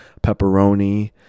pepperoni